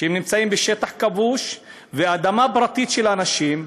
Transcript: שנמצאים בשטח כבוש ואדמה פרטית של אנשים,